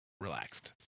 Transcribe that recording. relaxed